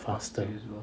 faster